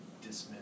dismiss